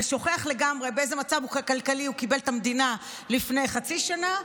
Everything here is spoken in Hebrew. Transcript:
ושוכח לגמרי באיזה מצב כלכלי הוא קיבל את המדינה לפני חצי שנה,